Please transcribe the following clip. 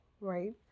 right